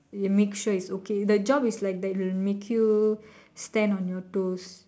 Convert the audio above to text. you make sure it's okay the job is like that it makes you stand on your toes